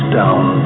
down